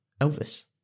Elvis